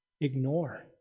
ignore